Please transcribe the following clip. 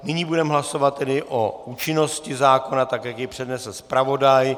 Nyní budeme hlasovat tedy o účinnosti zákona, tak jak ji přednesl zpravodaj.